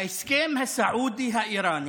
ההסכם הסעודי-איראני